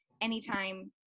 anytime